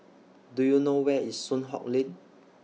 Do YOU know Where IS Soon Hock Lane